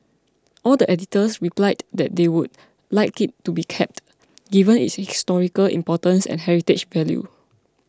all the editors replied that they would like it to be kept given its historical importance and heritage value